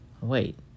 wait